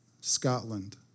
Scotland